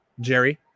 Jerry